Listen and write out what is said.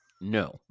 no